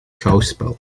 schouwspel